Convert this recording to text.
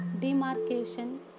demarcation